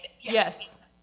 Yes